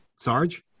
Sarge